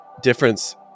difference